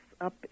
up